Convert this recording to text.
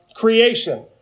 Creation